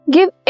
Give